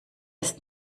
ist